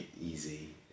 easy